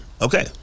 Okay